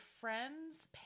friend's